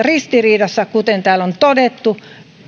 ristiriidassa kuten täällä on todettu